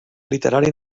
literari